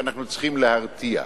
ואנחנו צריכים להרתיע.